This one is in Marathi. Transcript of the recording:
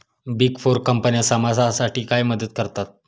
बिग फोर कंपन्या समाजासाठी काय मदत करतात?